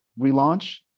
relaunch